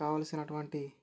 కావలసినటువంటి